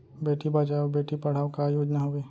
बेटी बचाओ बेटी पढ़ाओ का योजना हवे?